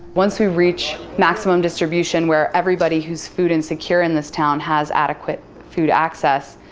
once we reach maximum distribution where everybody who's food insecure in this town has adequate food access,